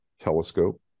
telescope